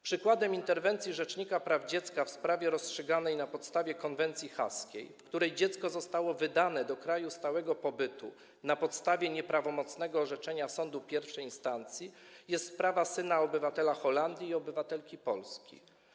Przykładem interwencji rzecznika praw dziecka w sprawie rozstrzyganej na podstawie konwencji haskiej, w której dziecko zostało wydane do kraju stałego pobytu na podstawie nieprawomocnego orzeczenia sądu I instancji, jest sprawa syna obywatela Holandii i obywatelki Polski.